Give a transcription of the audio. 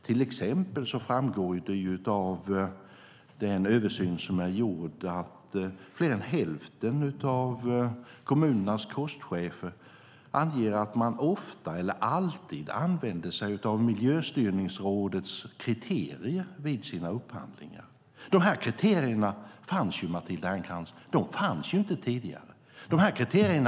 Till exempel framgår det av den översyn som är gjord att mer än hälften av kommunernas kostchefer anger att de ofta eller alltid använder sig av Miljöstyrningsrådets kriterier vid sina upphandlingar. De kriterierna fanns inte tidigare, Matilda Ernkrans.